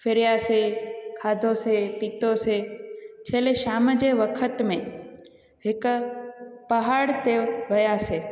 फिरियासीं खाधोसीं पीतोसीं छेले शाम जे वक़्त में हिकु पहाड़ ते वियासीं